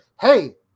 hey